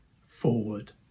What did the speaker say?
Forward